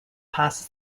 passes